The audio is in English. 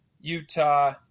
Utah